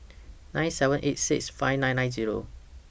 nine seven eight six five nine nine Zero